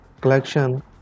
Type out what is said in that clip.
collection